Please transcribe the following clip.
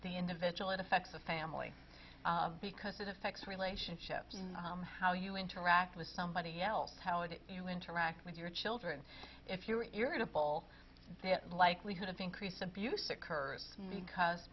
the individual it affects the family because it affects relationships in how you interact with somebody else how would you interact with your children if you were irritable the likelihood of increase abuse occurs because